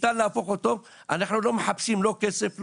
אנחנו לא מחפשים כסף,